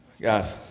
God